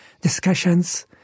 discussions